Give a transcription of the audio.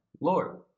Lord